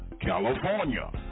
California